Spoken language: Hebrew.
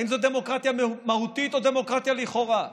האם זו דמוקרטיה מהותית או דמוקרטיה לכאורה?